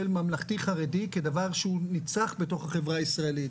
ממלכתי-חרדי כדבר שהוא נצרך בתוך החברה הישראלית.